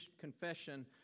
confession